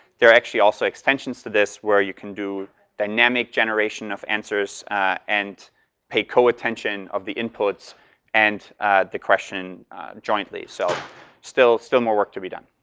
there are actually also extensions to this where you can do dynamic generation of answers and pay co-attention of the inputs and the question jointly. so still still more work to be done